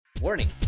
Warning